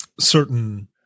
certain